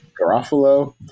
Garofalo